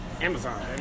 Amazon